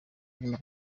nyuma